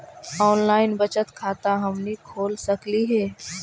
Online बचत खाता हमनी खोल सकली हे?